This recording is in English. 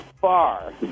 far